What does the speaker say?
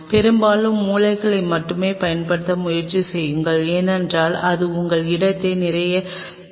பெரும்பாலும் மூலைகளை மட்டுமே பயன்படுத்த முயற்சி செய்யுங்கள் ஏனென்றால் அது உங்கள் இடத்தை நிறைய சொல்லும்